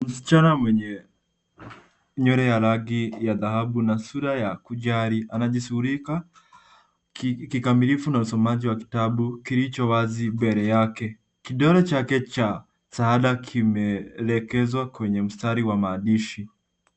Msichana mwenye nywele ya rangi ya dhahabu na sura ya kujali anajisurika kikamilifu na usomaji wa kitabu kilicho wazi mbele yake. Kidole chake cha msaada kimeelekezwa kwenye mstari wa maandishi.